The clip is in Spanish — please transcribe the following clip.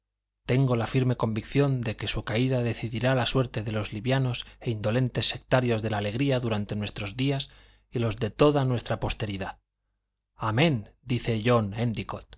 tengo la firme convicción de que su caída decidirá la suerte de los livianos e indolentes sectarios de la alegría durante nuestros días y los de toda nuestra posteridad amén dice john